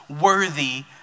worthy